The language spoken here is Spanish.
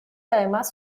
además